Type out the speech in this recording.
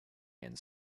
and